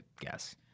guess